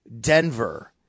Denver